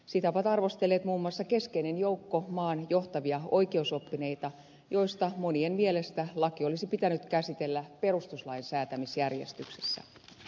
sitä on arvostellut muun muassa keskeinen joukko maan johtavia oikeusoppineita joista monien mielestä laki olisi pitänyt käsitellä perustuslain säätämisjärjestyksessä